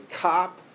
cop